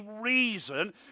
reason